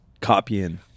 copying